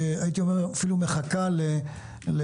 שהייתי אומר שאפילו מחכה לייעודה.